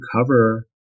cover